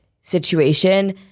situation